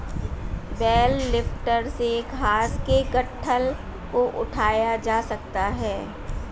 bell lifter से घास के गट्ठल को उठाया जा सकता है